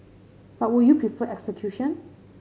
but would you prefer execution